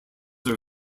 are